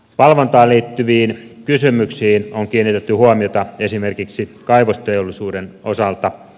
valvontaan liittyviin kysymyksiin on kiinnitetty huomiota esimerkiksi kaivosteollisuuden osalta